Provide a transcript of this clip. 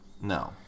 No